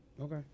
Okay